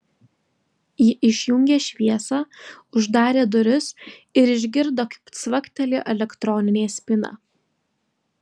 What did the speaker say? ji išjungė šviesą uždarė duris ir išgirdo kaip cvaktelėjo elektroninė spyna